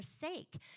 forsake